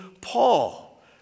Paul